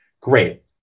Great